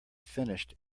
finished